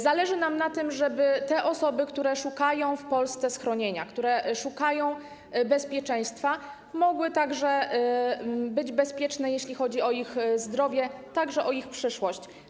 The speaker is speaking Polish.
Zależy nam na tym, żeby te osoby, które szukają w Polsce schronienia, które szukają bezpieczeństwa, mogły także być bezpieczne, jeśli chodzi o ich zdrowie, a także o ich przyszłość.